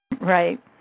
Right